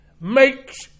makes